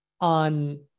on